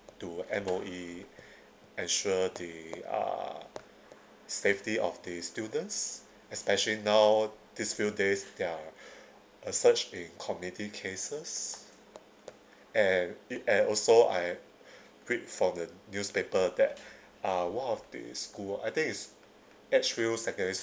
do M_O_E ensure the uh safety of the students especially now these few days there are a surge in community cases and it and also I read from the newspaper that uh one of the school I think is edgefield secondary